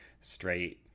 straight